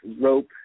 rope